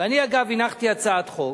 ואני, אגב, הנחתי הצעת חוק,